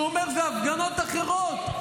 שהוא אומר: אלו הפגנות אחרות.